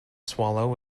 swallow